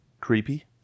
creepy